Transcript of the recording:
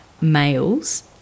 males